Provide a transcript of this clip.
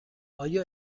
آیا